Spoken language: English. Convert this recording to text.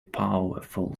powerful